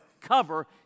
cover